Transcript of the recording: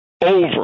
over